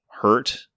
hurt